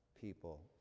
people